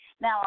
Now